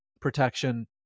protection